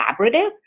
collaborative